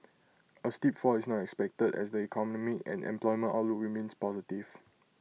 A steep fall is not expected as the economic and employment outlook remains positive